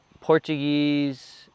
Portuguese